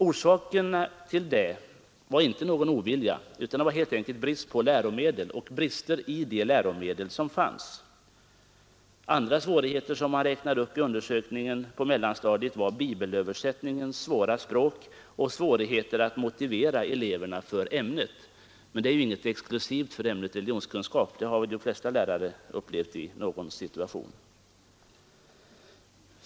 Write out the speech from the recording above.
Orsaken till det var inte någon ovilja utan helt enkelt otillräcklig tillgång på läromedel och brister i de läromedel som fanns. Andra svårigheter som man räknade upp i undersökningen på mellanstadiet var språket i bibelöversättningen och det besvärliga att motivera eleverna för ämnet. Men detta senare argument är ingenting exklusivt för ämnet religionskunskap. Den svårigheten har väl de flesta lärare upplevt i någon situation.